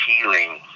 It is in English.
healing